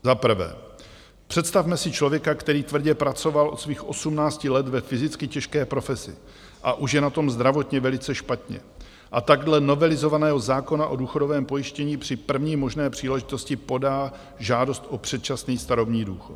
Za prvé, představme si člověka, který tvrdě pracoval od svých osmnácti let ve fyzicky těžké profesi a už je na tom zdravotně velice špatně, a tak dle novelizovaného zákona o důchodovém pojištění při první možné příležitosti podá žádost o předčasný starobní důchod.